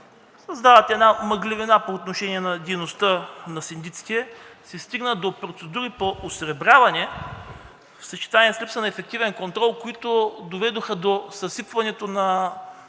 създават една мъглявина по отношение на дейността на синдиците, се стигна до процедури по осребряване в съчетание с липсата на ефективен контрол, които доведоха до съсипването –